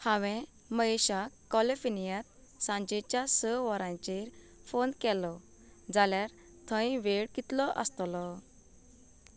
हांवें महेशाक कॅलेफिनीयांत सांजेच्या स वरांचेर फोन केलो जाल्यार थंय वेळ कितलो आसतलो